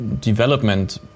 development